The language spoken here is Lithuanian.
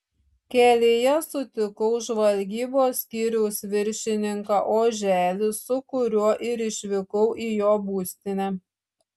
kelyje sutikau žvalgybos skyriaus viršininką oželį su kuriuo ir išvykau į jo būstinę